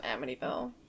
Amityville